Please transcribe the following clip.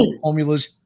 formulas